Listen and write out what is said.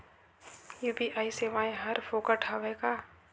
UPI सेवाएं हर फोकट हवय का?